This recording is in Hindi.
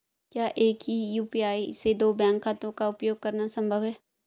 क्या एक ही यू.पी.आई से दो बैंक खातों का उपयोग करना संभव है?